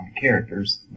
characters